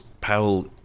Powell